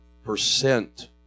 Percent